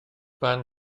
barn